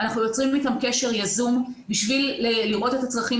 אנחנו יוצרים איתם קשר יזום בשביל לראות את הצרכים